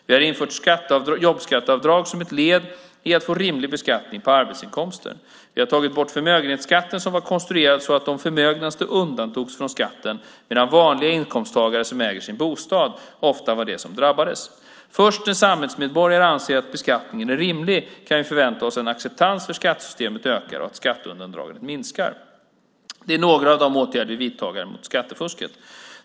Vi har infört jobbskatteavdrag som ett led i att få rimlig beskattning på arbetsinkomsterna. Vi har tagit bort förmögenhetsskatten, som var konstruerad så att de förmögnaste undantogs från skatten medan vanliga inkomsttagare som äger sin bostad ofta var de som drabbades. Först när samhällsmedborgarna anser att beskattningen är rimlig kan vi förvänta oss att acceptansen för skattesystemet ökar och skatteundandragandet minskar. Det är några av de åtgärder vi vidtagit mot skattefusket.